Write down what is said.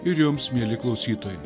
ir jums mieli klausytojai